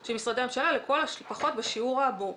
של משרדי הממשלה לכל הפחות בשיעור האמור"